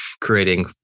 creating